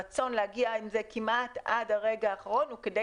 כך שהרצון להגיע עם זה כמעט עד הרגע האחרון הוא כדי